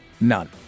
none